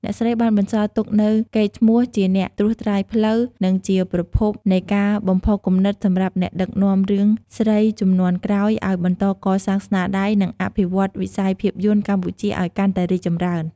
អ្នកស្រីបានបន្សល់ទុកនូវកេរ្តិ៍ឈ្មោះជាអ្នកត្រួសត្រាយផ្លូវ និងជាប្រភពនៃការបំផុសគំនិតសម្រាប់អ្នកដឹកនាំរឿងស្រីជំនាន់ក្រោយឱ្យបន្តកសាងស្នាដៃ និងអភិវឌ្ឍវិស័យភាពយន្តកម្ពុជាឱ្យកាន់តែរីកចម្រើន។